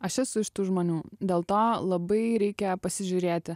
aš esu iš tų žmonių dėl to labai reikia pasižiūrėti